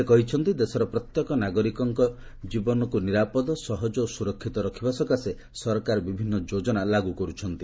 ସେ କହିଛନ୍ତି ଦେଶର ପ୍ରତ୍ୟେକ ନାଗରିକଭ୍କ ଜୀବନକୁ ନିରାପଦ ସହଜ ଓ ସୁରକ୍ଷିତ ରଖିବା ସକାଶେ ସରକାର ବିଭିନ୍ନ ଯୋଜନା ଲାଗୁ କରୁଛନ୍ତି